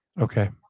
Okay